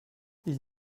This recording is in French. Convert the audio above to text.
ils